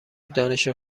دانش